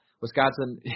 Wisconsin